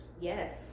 Yes